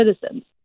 citizens